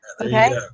okay